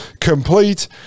complete